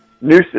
nooses